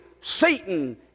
Satan